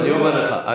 לא אמרתי רע.